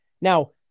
Now